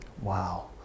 Wow